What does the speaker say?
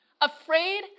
afraid